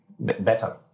Better